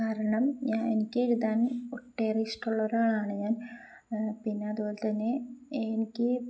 കാരണം എനിക്ക് എഴുതാൻ ഒട്ടേറെ ഇഷ്ടമുള്ള ഒരാളാണ് ഞാൻ പിന്നെ അതുപോലെ തന്നെ എനിക്ക്